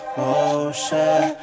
motion